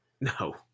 No